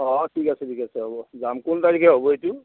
অঁ অঁ ঠিক আছে ঠিক আছে হ'ব যাম কোন তাৰিখে হ'ব এইটো